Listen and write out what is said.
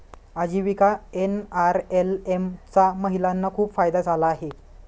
आजीविका एन.आर.एल.एम चा महिलांना खूप फायदा झाला आहे